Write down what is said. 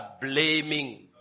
blaming